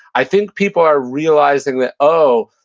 i think people are realizing that, oh,